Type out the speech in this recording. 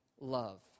Love